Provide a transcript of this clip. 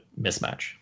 mismatch